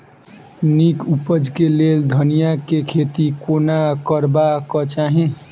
नीक उपज केँ लेल धनिया केँ खेती कोना करबाक चाहि?